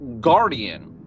guardian